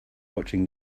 watching